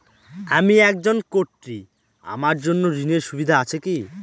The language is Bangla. আমি একজন কট্টি আমার জন্য ঋণের সুবিধা আছে কি?